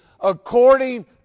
according